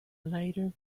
later